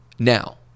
Now